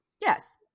Yes